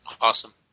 Awesome